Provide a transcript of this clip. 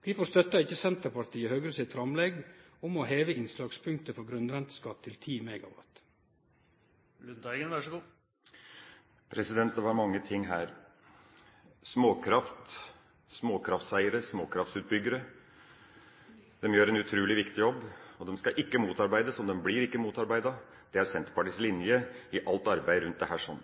Senterpartiet Høgre sitt framlegg om å heve innslagspunktet for grunnrenteskatt til 10 MW? Det var mange ting her. Småkraft, småkrafteiere og småkraftutbyggere gjør en utrolig viktig jobb. De skal ikke motarbeides, og de blir ikke motarbeidet – det er Senterpartiets linje i alt arbeidet rundt dette.